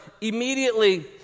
immediately